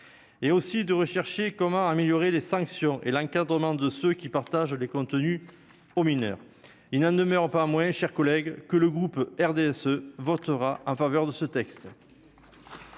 et aussi de rechercher comment améliorer les sanctions et l'encadrement de ceux qui partagent les contenus aux mineurs, il n'en demeure pas moins chers collègues, que le groupe RDSE votera en faveur de ce texte.